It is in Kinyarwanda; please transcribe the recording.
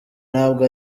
ntabwo